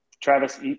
Travis